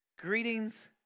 Greetings